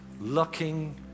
looking